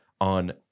on